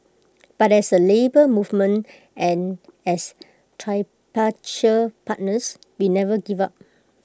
but as A Labour Movement and as tripartite partners we never give up